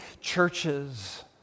churches